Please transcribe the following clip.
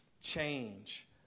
change